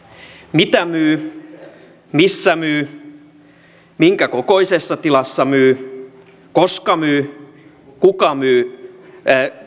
mitä myy missä myy minkä kokoisessa tilassa myy koska myy kuka myy